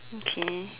okay